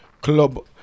Club